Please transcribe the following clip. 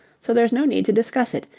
so there's no need to discuss it.